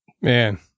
Man